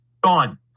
gone